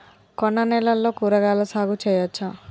కొండ నేలల్లో కూరగాయల సాగు చేయచ్చా?